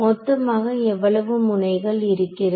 மொத்தமாக எவ்வளவு முனைகள் இருக்கிறது